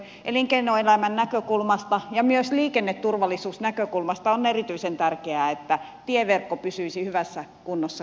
elinkeinoelämän näkökulmasta ja myös liikenneturvallisuusnäkökulmasta on erityisen tärkeää että tieverkko pysyisi hyvässä kunnossa kaikkialla suomessa